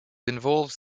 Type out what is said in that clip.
involves